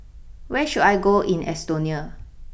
where should I go in Estonia